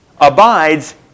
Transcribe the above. abides